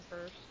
first